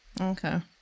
Okay